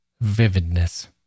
vividness